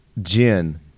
Gin